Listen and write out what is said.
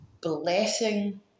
blessing